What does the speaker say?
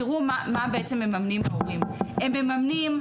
תראו מה בעצם מממנים הורים: הם מממנים